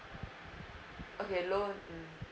okay loan